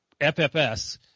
FFS